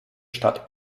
stadt